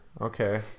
okay